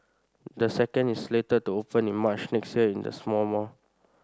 the second is slated to open in March next year in the same mall